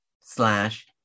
slash